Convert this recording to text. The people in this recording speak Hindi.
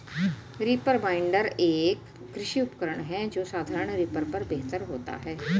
रीपर बाइंडर, एक कृषि उपकरण है जो साधारण रीपर पर बेहतर होता है